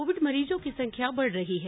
Covid मरीजों की संख्या बढ़ रही है